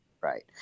right